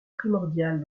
primordial